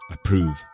Approve